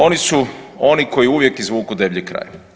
Oni su oni koji uvijek izvuku deblji kraj.